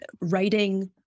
writing